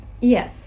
Yes